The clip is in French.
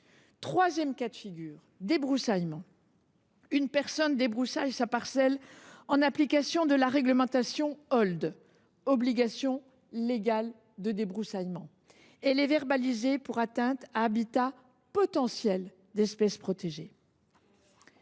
! Cas numéro 3 : débroussaillement. Une personne débroussaille sa parcelle en application de la réglementation OLD (obligations légales de débroussaillement) ; elle est verbalisée, derechef, pour atteinte à l’habitat potentiel d’espèces protégées.